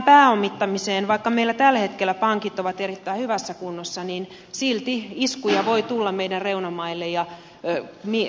vaikka meillä tällä hetkellä pankit ovat erittäin hyvässä kunnossa silti iskuja voi tulla meidän reunamaille